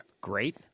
Great